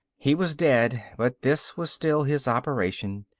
he was dead, but this was still his operation.